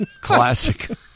Classic